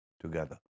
together